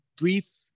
brief